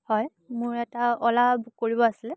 হয় মোৰ এটা অ'লা বুক কৰিব আছিলে